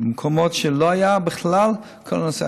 מקומות שלא היה בהם בכלל הנושא.